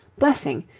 blessing,